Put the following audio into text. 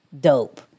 dope